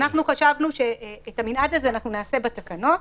חשבנו שאת המנעד הזה נעשה בתקנות,